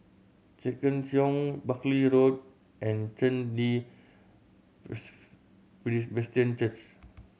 Thekchen Choling Buckley Road and Chen Li Presbyterian Church